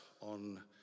on